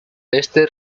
este